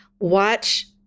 watch